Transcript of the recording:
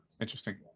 Interesting